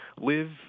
live